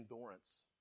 endurance